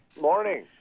Morning